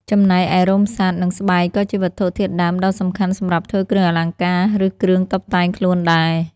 ចំណែកឯរោមសត្វ និងស្បែកក៏ជាវត្ថុធាតុដើមដ៏សំខាន់សម្រាប់ធ្វើគ្រឿងអលង្ការ ឬគ្រឿងតុបតែងខ្លួនដែរ។